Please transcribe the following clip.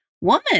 woman